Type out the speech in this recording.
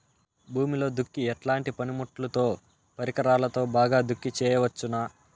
భూమిలో దుక్కి ఎట్లాంటి పనిముట్లుతో, పరికరాలతో బాగా దుక్కి చేయవచ్చున?